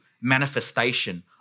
manifestation